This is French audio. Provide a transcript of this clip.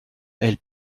elle